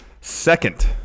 second